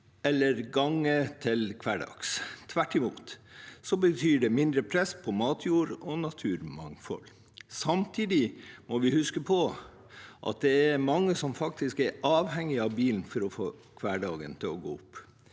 eller gange i hverdagen, tvert imot. Det ville bety mindre press på matjord og naturmangfold. Samtidig må vi huske på at det faktisk er mange som er avhengig av bilen for å få hverdagen til å gå opp.